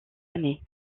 année